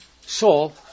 Saul